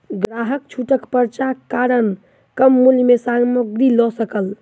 ग्राहक छूटक पर्चाक कारण कम मूल्य में सामग्री लअ सकल